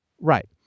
Right